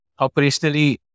operationally